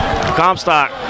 Comstock